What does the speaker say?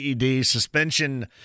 suspension